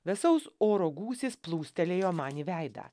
vėsaus oro gūsis plūstelėjo man į veidą